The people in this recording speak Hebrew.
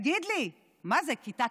תגיד לי, מה זה, כיתת,